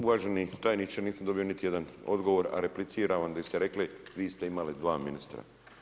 Uvaženi tajniče nisam dobio niti jedan odgovor a repliciram vam gdje ste rekli vi ste imali 2 ministra.